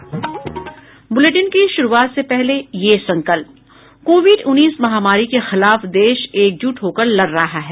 bulletin की शुरूआत से पहले ये संकल्प कोविड उन्नीस महामारी के खिलाफ देश एकजुट होकर लड़ रहा है